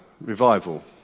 revival